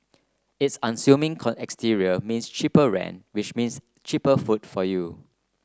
its unassuming exterior means cheaper rent which means cheaper food for you